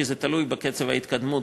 כי זה תלוי בקצב ההתקדמות.